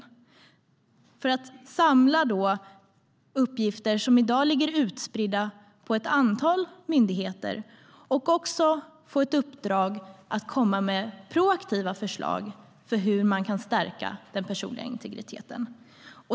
Myndigheten ska samla uppgifter som i dag ligger utspridda på ett antal myndigheter och får också ett uppdrag att komma med proaktiva förslag för hur man kan stärka den personliga integriteten.